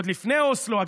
עוד לפני אוסלו,